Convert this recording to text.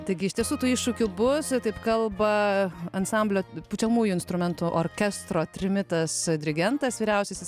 taigi iš tiesų tų iššūkių bus ir taip kalba ansamblio pučiamųjų instrumentų orkestro trimitas dirigentas vyriausiasis